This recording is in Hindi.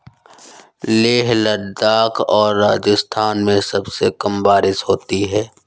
लेह लद्दाख और राजस्थान में सबसे कम बारिश होती है